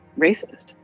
racist